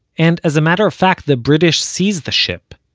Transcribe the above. and as a matter of fact, the british seized the ship,